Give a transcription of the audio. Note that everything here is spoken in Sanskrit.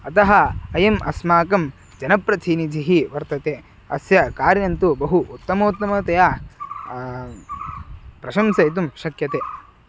अतः अयम् अस्माकं जनप्रथिनिधिः वर्तते अस्य कार्यं तु बहु उत्तमोत्तमतया प्रशंसयितुं शक्यते